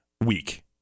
week